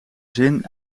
zin